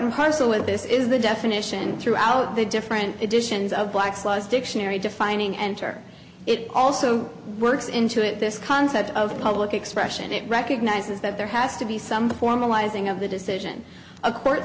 and parcel with this is the definition throughout the different editions of black's laws dictionary defining enter it also works into it this concept of public expression it recognizes that there has to be some formalizing of the decision a court